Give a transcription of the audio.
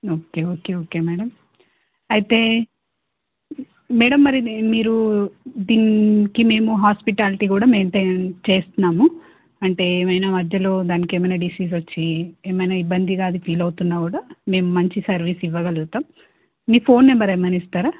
okay okay okay madam అయితే madam మరి మీరు దీనికి మేము హాస్పిటాలిటీ కూడా మెయింటైన్ చేస్తున్నాము అంటే ఏమైనా మధ్యలో దానికి ఏమైనా డిసీజ్ వచ్చి ఏమైనా ఇబ్బందిగా అది ఫీల్ అవుతున్నా కూడా మేము మంచి సర్వీస్ ఇవ్వగలుగుతాము మీ ఫోన్ నెంబర్ ఏమైనా ఇస్తారా